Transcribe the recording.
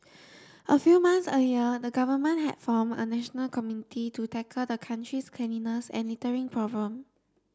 a few months earlier the government had form a national committee to tackle the country's cleanliness and littering problem